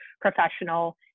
professional